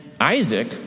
Isaac